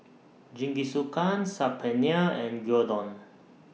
Jingisukan Saag Paneer and Gyudon